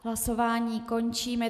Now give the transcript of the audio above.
Hlasování končím.